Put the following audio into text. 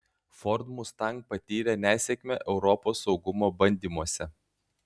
ford mustang patyrė nesėkmę europos saugumo bandymuose